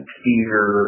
fear